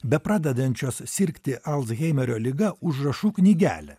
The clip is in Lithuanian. bepradedančios sirgti alzheimerio liga užrašų knygelė